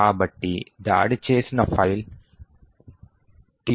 కాబట్టి దాడి చేసిన ఫైల్ TUT2